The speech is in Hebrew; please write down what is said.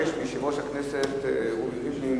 נעבור להצבעה השנייה שהיא על הצעת ועדת הכנסת,